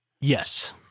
Yes